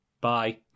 Bye